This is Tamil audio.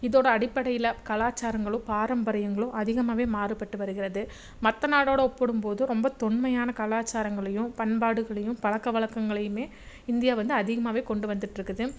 இதோடு அடிப்படையில் கலாச்சாரங்களும் பாரம்பரியங்களும் அதிகமாகவே மாறுபட்டு வருகிறது மற்ற நாடோடு ஒப்பிடும் போது ரொம்ப தொன்மையான கலாச்சாரங்களையும் பண்பாடுகளையும் பழக்க வழக்கங்களையுமே இந்தியா வந்து அதிகமாகவே கொண்டு வந்துட்டிருக்குது